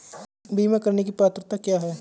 बीमा करने की पात्रता क्या है?